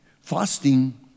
Fasting